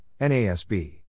NASB